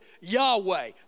Yahweh